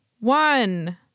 one